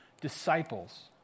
disciples